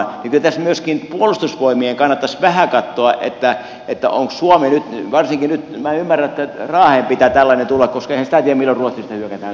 kyllä tässä myöskin puolustusvoimien kannattaisi nyt vähän katsoa minä ymmärrän että raaheen pitää tällainen tuula koskeneista ja mirva sitten otetaan